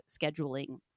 scheduling